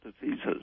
diseases